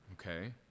okay